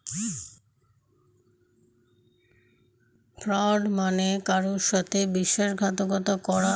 fraud মানে কারুর সাথে বিশ্বাসঘাতকতা করা বা কাউকে ঠকানো